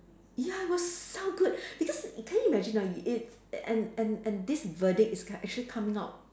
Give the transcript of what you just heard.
ya it was so good because can you imagine ah it it and and and this verdict is c~ actually coming out